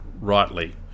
rightly